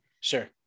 Sure